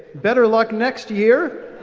better luck next year!